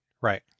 right